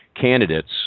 candidates